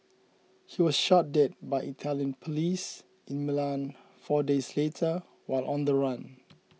he was shot dead by Italian police in Milan four days later while on the run